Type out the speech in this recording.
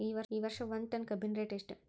ಈ ವರ್ಷ ಒಂದ್ ಟನ್ ಕಬ್ಬಿನ ರೇಟ್ ಎಷ್ಟು?